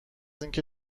اینکه